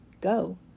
go